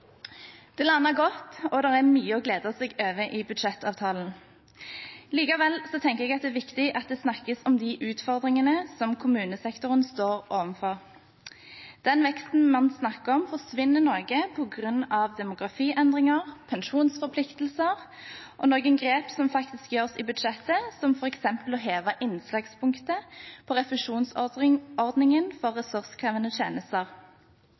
Det landet godt, og det er mye å glede seg over i budsjettavtalen. Likevel tenker jeg at det er viktig at det snakkes om de utfordringene som kommunesektoren står overfor. Den veksten man snakker om, forsvinner noe, på grunn av demografiendringer, pensjonsforpliktelser og noen grep som faktisk gjøres i budsjettet, som f.eks. å heve innslagspunktet for refusjonsordningen for ressurskrevende tjenester.